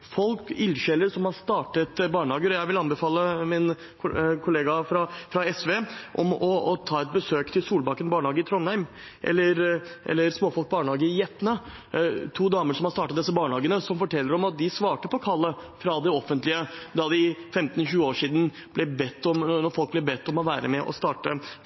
ildsjeler som har startet barnehager. Jeg vil anbefale min kollega fra SV å besøke Solbakken barnehage i Trondheim eller Småfolk barnehage i Etne. Det er to damer som har startet disse barnehagene, og de kan fortelle at de svarte på kallet fra det offentlige da folk for 15–20 år siden ble bedt om å være med på å